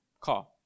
car